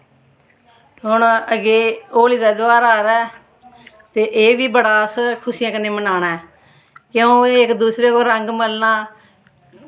हून अग्गें होली दा तेहार आ दा ऐ ते एह् बी बड़ा अस खुशियें कन्नै मनाना ऐ क्यों इक दूसरे को रंग मलन्ना